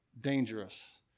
dangerous